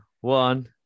one